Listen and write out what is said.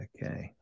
Okay